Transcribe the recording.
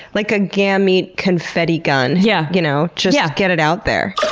like a gamete confetti gun, yeah you know, just yeah get it out there.